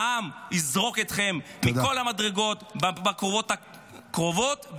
העם יזרוק אתכם מכל המדרגות בבחירות הקרובות,